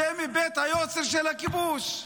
זה מבית היוצר של הכיבוש.